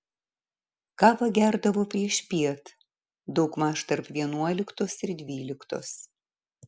kavą gerdavo priešpiet daugmaž tarp vienuoliktos ir dvyliktos